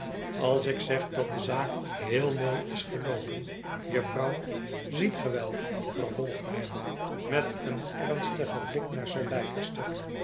als ik zeg dat de zaak heel mooi is geloopen jufvrouw ziet ge wel vervolgt hij met een ernstigen blik naar sir